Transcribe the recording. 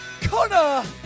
Connor